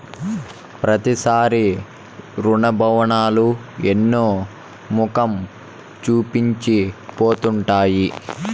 ప్రతిసారి రుతుపవనాలు ఎన్నో మొఖం చూపించి పోతుండాయి